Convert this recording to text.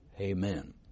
Amen